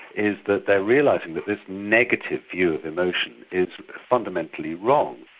is that they're realising that this negative view of emotion is fundamentally wrong,